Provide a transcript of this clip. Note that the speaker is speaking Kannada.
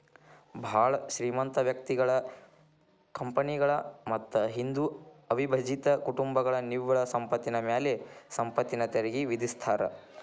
ಭಾಳ್ ಶ್ರೇಮಂತ ವ್ಯಕ್ತಿಗಳ ಕಂಪನಿಗಳ ಮತ್ತ ಹಿಂದೂ ಅವಿಭಜಿತ ಕುಟುಂಬಗಳ ನಿವ್ವಳ ಸಂಪತ್ತಿನ ಮ್ಯಾಲೆ ಸಂಪತ್ತಿನ ತೆರಿಗಿ ವಿಧಿಸ್ತಾರಾ